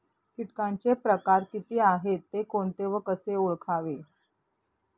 किटकांचे प्रकार किती आहेत, ते कोणते व कसे ओळखावे?